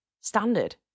Standard